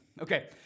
Okay